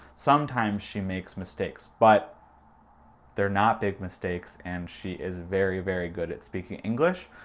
sometimes she makes mistakes, but they're not big mistakes and she is very, very good at speaking english,